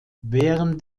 während